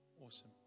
Awesome